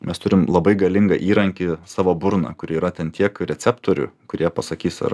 mes turim labai galingą įrankį savo burną kuri yra ten tiek receptorių kurie pasakys ar